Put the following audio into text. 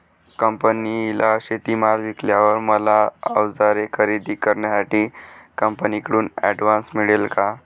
कंपनीला शेतीमाल विकल्यावर मला औजारे खरेदी करण्यासाठी कंपनीकडून ऍडव्हान्स मिळेल का?